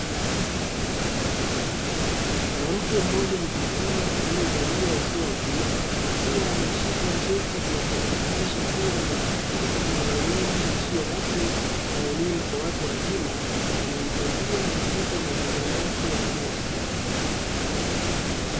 Mwanamke mmoja mtu mzima aliyevalia ushungi, akiwa ameshika cheti kinachomthibitisha kuwa ni mhitimu wa elimu isiyo rasmi na elimu kwa watu wazima inayomsaidia katika mazingira yake ya kila siku.